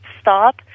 Stop